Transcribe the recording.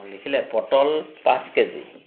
লিখিলে পটল পাঁচ কে জি